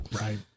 Right